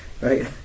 Right